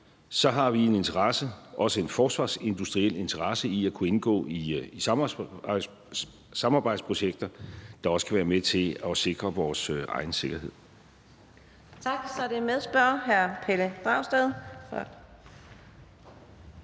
har vi en interesse, også en forsvarsindustriel interesse, i at kunne indgå i samarbejdsprojekter, der kan være med til at sikre vores egen sikkerhed. Kl. 13:08 Fjerde næstformand